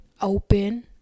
open